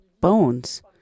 bones